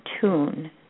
tune